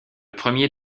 premier